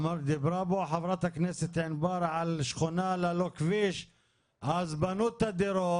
ודיברה פה חברת הכנסת ענבר על שכונה ללא כביש אז בנו את הדירות,